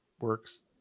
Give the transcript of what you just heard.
works